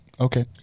okay